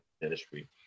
ministry